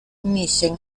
nietzsche